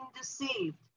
deceived